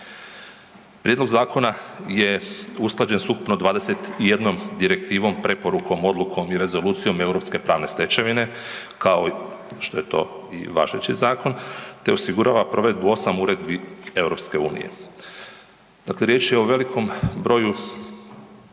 Prijedlog zakona je usklađen s ukupno 21 direktivom, preporukom, odlukom i rezolucijom europske pravne stečevine kao što je to i važeći zakon te osigurava provedbu osam uredbi EU. Dakle, riječ je o velikom broju